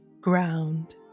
ground